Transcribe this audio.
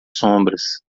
sombras